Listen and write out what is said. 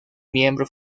miembro